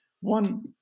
one